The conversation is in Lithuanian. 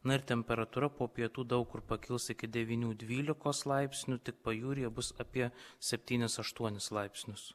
na ir temperatūra po pietų daug kur pakils iki devynių dvylikos laipsnių tik pajūryje bus apie septynis aštuonis laipsnius